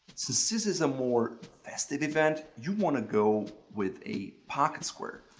since this is a more festive event, you want to go with a pocket square.